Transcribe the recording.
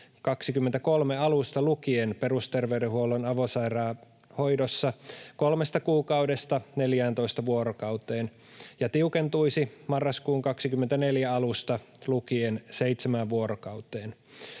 23 alusta lukien perusterveydenhuollon avosairaanhoidossa kolmesta kuukaudesta 14 vuorokauteen ja tiukentuisi marraskuun 24 alusta lukien seitsemään vuorokauteen.